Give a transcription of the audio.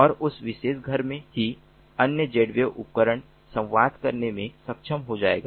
और उस विशेष घर में ही अन्य Zwave उपकरण संवाद करने में सक्षम हो जाएगा